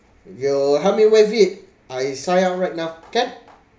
you help me waive it I sign up right now can